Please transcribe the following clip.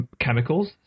chemicals